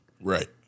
Right